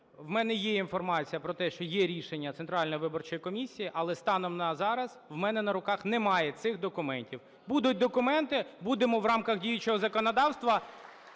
В мене є інформація про те, що є рішення Центральної виборчої комісії, але станом на зараз в мене на руках немає цих документів. Будуть документи - будемо в рамках діючого законодавства